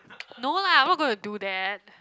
no lah I'm not gonna do that